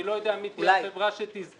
אני לא יודע מי תהיה החברה שתזכה,